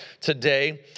today